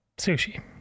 Sushi